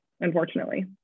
Unfortunately